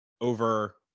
over